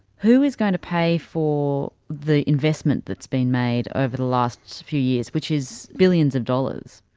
who is going to pay for the investment that's been made over the last few years, which is billions of dollars?